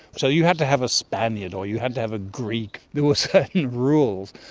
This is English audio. so you had to have a spaniard or you had to have a greek. there were certain rules.